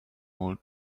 old